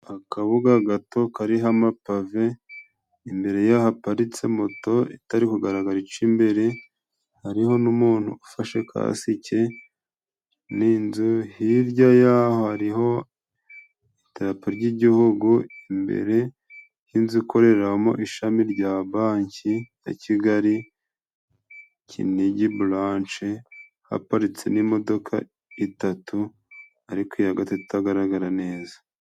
Akabuga gato kariho amapave, imbere ya haparitse moto itari kugaragara icimbere, hariho n'umuntu ufashe kasike n' inzu .Hirya yaho hariho idarapo ry'igihugu imbere y'inzu ikoreramo ishami rya banki ya Kigali, Kinigi bulanshe. Haparitse n'imodoka itatu ariko iyagatatu itagaragara neza.